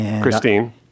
Christine